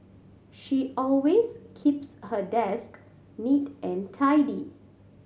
she always keeps her desk neat and tidy